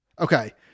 Okay